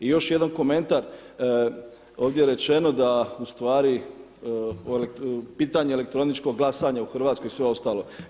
I još jedan komentar, ovdje je rečeno da ustvari pitanje elektroničkog glasanja u Hrvatskoj i sve ostalo.